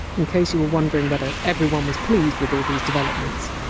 in case you were wondering whether everyone was pleased with all these developments.